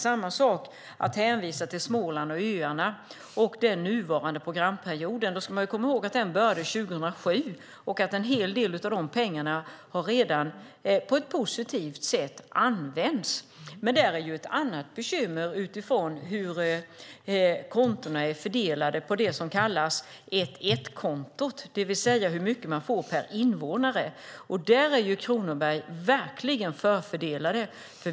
Samma sak är det med att hänvisa till Småland och Öarna och den nuvarande programperioden. Man ska komma ihåg att den började 2007. En hel del av de pengarna har redan använts på ett positivt sätt. Där är ett annat bekymmer utifrån hur kontona är fördelade på det som kallas ett-ett-kontot, det vill säga hur mycket man får per invånare. Där är Kronoberg verkligen förfördelat.